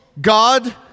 God